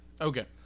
Okay